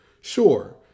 sure